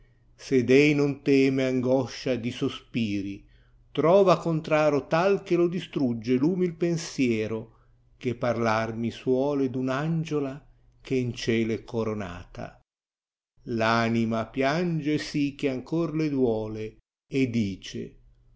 sed ei non teme angoscia di sospiri trova contraro tal che lo distrugge l umil pensiero che parlar mi suole d un angiola che n cielo è coronata l'anima piange sì che ancor le duole dice